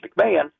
McMahon